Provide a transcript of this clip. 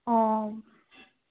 অঁ